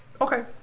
Okay